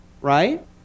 Right